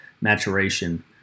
maturation